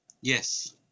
Yes